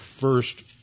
first